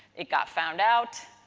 it got found out,